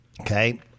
Okay